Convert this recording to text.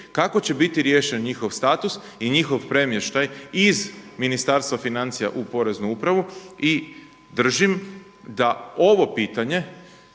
kako će biti riješen njihov status i njihov premještaj iz Ministarstva financija u poreznu upravu. I držim da ovo pitanje